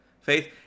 faith